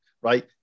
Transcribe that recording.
right